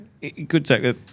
Good